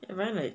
but then like